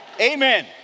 Amen